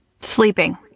Sleeping